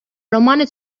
romane